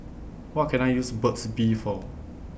What Can I use Burt's Bee For